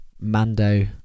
Mando